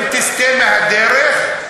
אם תסטה מהדרך,